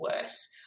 worse